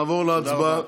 נעבור להצבעה,